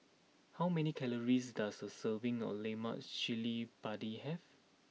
how many calories does a serving of Lemak Cili Padi have